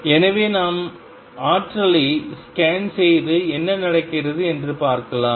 எனவே நாம் ஆற்றலை ஸ்கேன் செய்து என்ன நடக்கிறது என்று பார்க்கலாம்